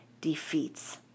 defeats